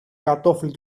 κατώφλι